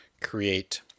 create